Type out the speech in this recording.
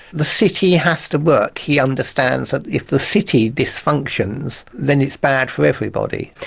the city has to work, he understands that if the city dysfunctions then it's bad for everybody.